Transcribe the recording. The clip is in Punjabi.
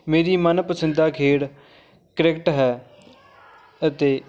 ਮੇਰੀ ਮਨਪਸੰਦ ਖੇਡ ਕ੍ਰਿਕਟ ਹੈ ਅਤੇ